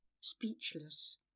speechless